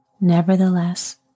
Nevertheless